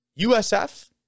USF